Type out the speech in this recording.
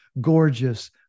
gorgeous